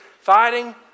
fighting